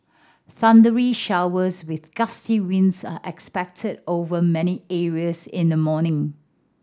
thundery showers with gusty winds are expected over many areas in the morning